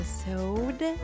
episode